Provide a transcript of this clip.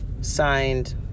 Signed